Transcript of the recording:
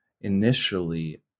initially